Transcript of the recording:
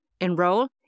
enroll